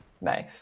Nice